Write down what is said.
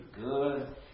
good